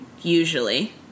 usually